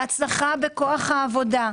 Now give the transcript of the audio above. להצלחה בכוח העבודה,